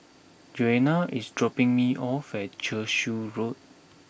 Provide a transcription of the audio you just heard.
Joanna is dropping me off at Cashew Road